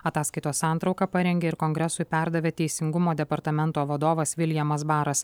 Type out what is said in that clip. ataskaitos santrauką parengė ir kongresui perdavė teisingumo departamento vadovas viljamas baras